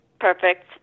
Perfect